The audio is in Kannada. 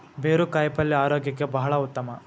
ಬೇರು ಕಾಯಿಪಲ್ಯ ಆರೋಗ್ಯಕ್ಕೆ ಬಹಳ ಉತ್ತಮ